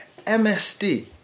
MSD